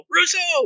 Russo